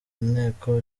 inteko